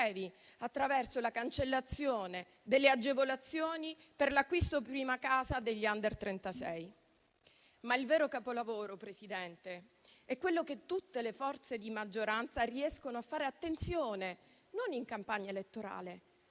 attraverso la cancellazione delle agevolazioni per l'acquisto della prima casa degli *under* 36. Il vero capolavoro, Presidente, è quello che tutte le forze di maggioranza riescono a fare - attenzione - non in campagna elettorale,